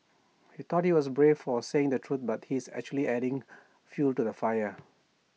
he thought he's brave for saying the truth but he's actually adding fuel to the fire